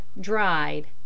dried